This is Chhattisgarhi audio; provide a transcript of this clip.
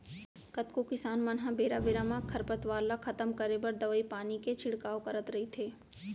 कतको किसान मन ह बेरा बेरा म खरपतवार ल खतम करे बर दवई पानी के छिड़काव करत रइथे